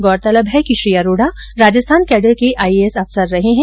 गौरतलब है कि श्री अरोडा राजस्थान कैडर के आई ए एस अफसर रहे है